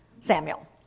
Samuel